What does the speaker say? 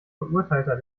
verurteilter